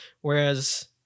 Whereas